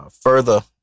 further